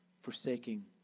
forsaking